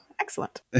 excellent